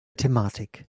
thematik